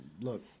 Look